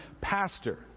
pastor